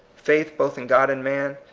faith both in god and man,